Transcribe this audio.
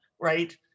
right